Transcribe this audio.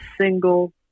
single